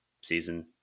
season